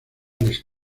les